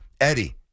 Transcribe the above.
Eddie